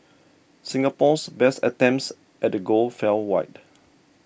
Singapore's best attempts at the goal fell wide